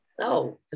No